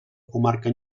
comarca